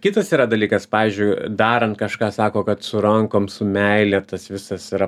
kitas yra dalykas pavyzdžiui darant kažką sako kad su rankom su meile tas visas yra